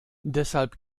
deshalb